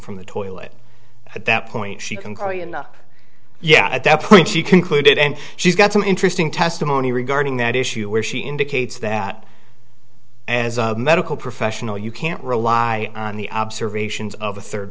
from the toilet at that point she can call you not yet at that point she concluded and she's got some interesting testimony regarding that issue where she indicates that as a medical professional you can't rely on the observations of a third